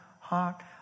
heart